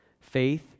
Faith